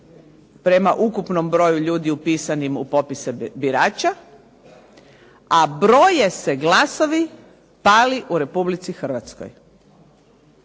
prema ukupnog broju ljudi upisanim u popise birača, a broje se glasovi pali u Republici Hrvatskoj.